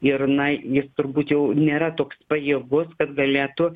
ir na jis turbūt jau nėra toks pajėgus kad galėtų